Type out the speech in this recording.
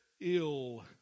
ill